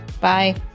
Bye